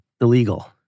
illegal